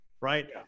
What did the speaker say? right